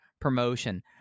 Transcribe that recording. promotion